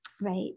Right